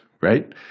right